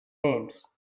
names